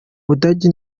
budage